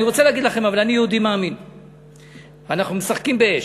אבל אני רוצה להגיד לכם,